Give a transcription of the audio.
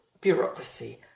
bureaucracy